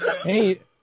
Hey